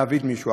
להעביד מישהו,